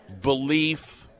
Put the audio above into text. belief